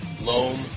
loam